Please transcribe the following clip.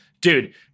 Dude